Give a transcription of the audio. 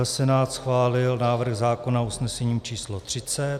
Senát schválil návrh zákona usnesením číslo 30.